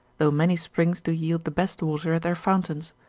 though many springs do yield the best water at their fountains.